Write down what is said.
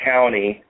County